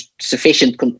sufficient